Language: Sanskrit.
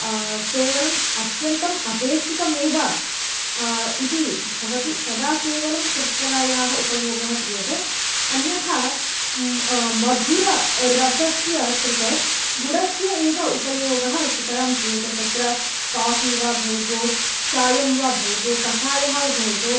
सेवनम् अत्यन्तम् अपेक्षितमेव इति भवति तदा केवलं शर्करायाः उपयोगः क्रियते अन्यथा मधुररसस्य कृते गुडस्य एव उपयोगः सुतरां क्रियते तत्र काफ़ि वा भवतु चायं वा भवतु कषायः वा भवतु